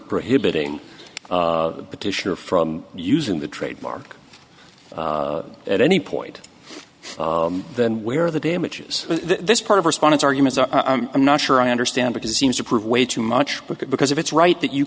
prohibiting petitioner from using the trademark at any point than where the damages this part of response arguments are i'm not sure i understand because it seems to prove way too much work because if it's right that you